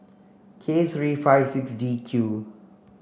K three five six D Q